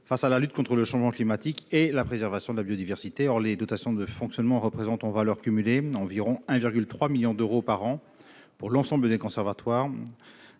faire face au changement climatique et préserver la biodiversité. Or les dotations de fonctionnement représentent, en valeur cumulée, environ 1,3 million d'euros par an pour l'ensemble des conservatoires,